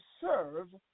serve